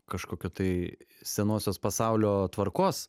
kažkokio tai senosios pasaulio tvarkos